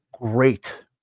great